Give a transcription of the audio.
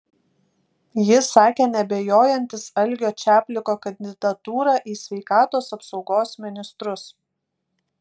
jis sakė neabejojantis algio čapliko kandidatūra į sveikatos apsaugos ministrus